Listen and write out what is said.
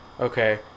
Okay